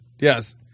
Yes